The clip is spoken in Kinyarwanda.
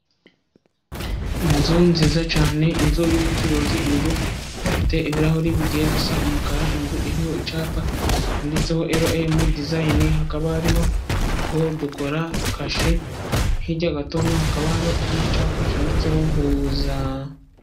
Inzu nziza cyane, inzu y'ubucuruzi inzu ifite ibirahuri bigiye gusa umukara, inzu iriho icyapa yanditseho elo emu dizayine, hakaba hariho ngo dukora kashe, hirya gatonya hakaba hariho ikindi cyapa cyanditseho huza.